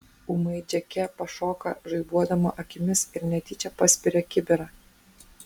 ūmai džeke pašoka žaibuodama akimis ir netyčia paspiria kibirą